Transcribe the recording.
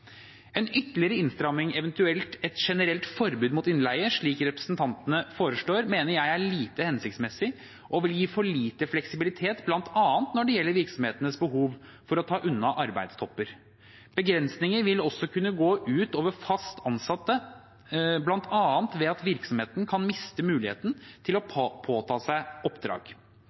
En ytterligere innstramming, eventuelt et generelt forbud mot innleie, slik representantene foreslår, mener jeg er lite hensiktsmessig og vil gi for lite fleksibilitet bl.a. når det gjelder virksomhetenes behov for å ta unna arbeidstopper. Begrensninger vil også kunne gå ut over fast ansatte, bl.a. ved at virksomhetene kan miste muligheten til å påta seg oppdrag.